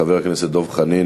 חבר הכנסת דב חנין,